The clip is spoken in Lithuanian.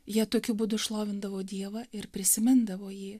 jie tokiu būdu šlovindavo dievą ir prisimindavo jį